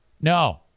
No